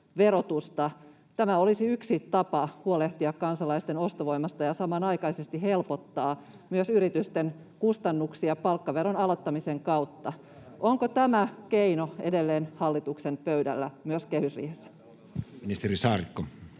Tämä olisi yksi tapa huolehtia kansalaisten ostovoimasta ja samanaikaisesti myös helpottaa yritysten kustannuksia palkkaveron alentamisen kautta. Onko tämä keino edelleen hallituksen pöydällä myös kehysriihessä? Ministeri Saarikko.